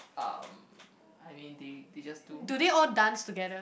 um I mean they they just do